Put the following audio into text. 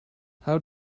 how